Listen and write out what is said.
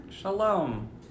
Shalom